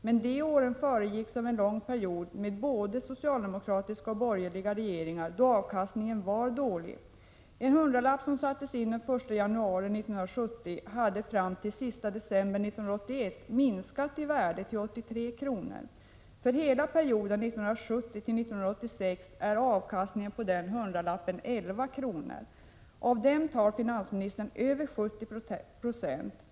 Men de åren föregicks av en lång period med både socialdemokratiska och borgerliga regeringar då avkastningen var dålig. En hundralapp som sattes in den 1 januari 1970 hade fram till den sista december 1981 minskat i värde till 83 kr. För hela perioden 1970-1986 är avkastningen på hundralappen 11 kr. Av dem tar finansministern över 70 Jo.